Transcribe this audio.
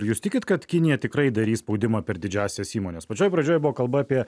jūs tikit kad kinija tikrai darys spaudimą per didžiąsias įmones pačioj pradžioj buvo kalba apie